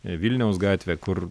vilniaus gatvę kur